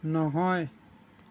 নহয়